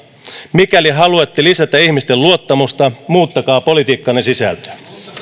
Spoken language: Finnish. mikäli haluatte lisätä ihmisten luottamusta muuttakaa politiikkanne sisältöä